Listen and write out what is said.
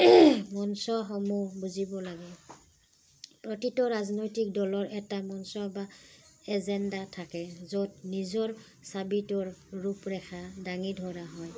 মঞ্চসমূহ বুজিব লাগে প্ৰতিটো ৰাজনৈতিক দলৰ এটা মঞ্চ বা এজেণ্ডা থাকে য'ত নিজৰ চাবিটোৰ ৰূপৰেখা দাঙি ধৰা হয়